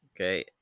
Okay